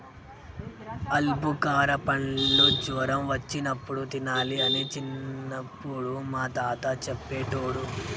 ఆల్బుకార పండ్లు జ్వరం వచ్చినప్పుడు తినాలి అని చిన్నపుడు మా తాత చెప్పేటోడు